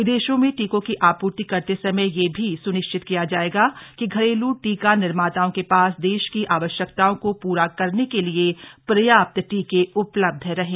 विदेशों में टीकों की आपूर्ति करते समय यह भी सुनिश्चित किया जाएगा कि घरेलू टीका निर्माताओं के पास देश की आवश्यकताओं को पूरा करने के लिए पर्याप्त टीकें उपलब्ध रहें